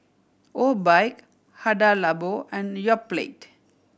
Obike Hada Labo and Yoplait